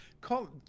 call